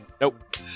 Nope